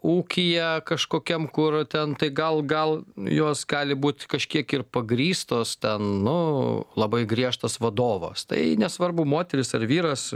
ūkyje kažkokiam kur ten tai gal gal jos gali būt kažkiek ir pagrįstos ten nu labai griežtas vadovas tai nesvarbu moteris ar vyras